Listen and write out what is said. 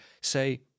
say